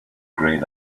grayed